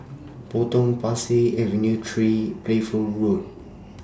Potong Pasir Avenue three Playfair